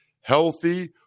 healthy